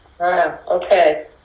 Okay